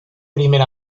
primer